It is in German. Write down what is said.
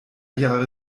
jahre